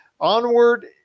onward